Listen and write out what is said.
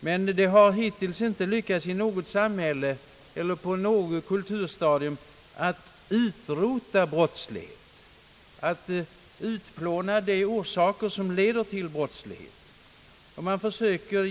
Men det har hittills inte lyckats i något samhälle på något kulturstadium att utrota brottsligheten och att utplåna de orsaker som leder till brottslighet.